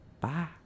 Bye